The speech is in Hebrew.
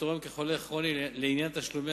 החוק מכיר בתורם כחולה כרוני למען תשלומי